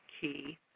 key